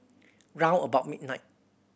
round about midnight